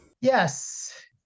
Yes